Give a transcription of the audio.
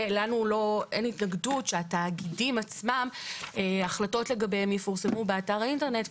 לנו אין התנגדות שהחלטות לגבי התאגידים עצמם יפורסמו באתר האינטרנט.